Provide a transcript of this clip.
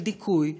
של דיכוי,